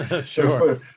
Sure